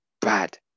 Bad